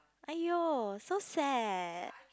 !aiyo! so sad